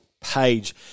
page